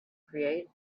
create